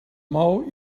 mou